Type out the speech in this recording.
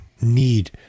need